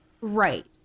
Right